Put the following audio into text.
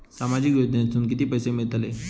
सामाजिक योजनेतून किती पैसे मिळतले?